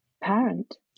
parent